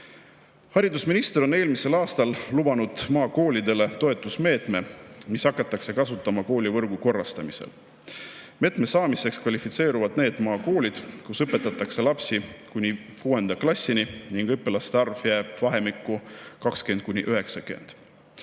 Haridusminister on eelmisel aastal lubanud maakoolidele toetusmeedet, mida hakatakse kasutama koolivõrgu korrastamisel. Toetuse saamiseks kvalifitseeruvad need maakoolid, kus õpetatakse lapsi kuni 6. klassini ning õpilaste arv jääb vahemikku 20–90.